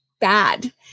bad